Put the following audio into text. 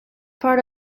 part